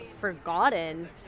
forgotten